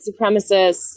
supremacists